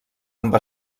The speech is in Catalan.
amb